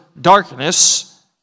darkness